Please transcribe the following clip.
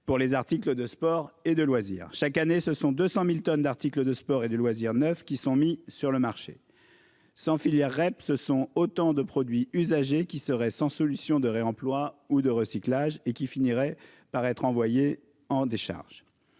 pour les articles de sport et de loisirs. Chaque année ce sont 200.000 tonnes d'articles de sport et de loisirs neuf qui sont mis sur le marché. Sans filières REP ce sont autant de produits usagés qui seraient sans solution de réemploi ou de recyclage et qui finirait par être envoyés en décharge.